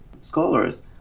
scholars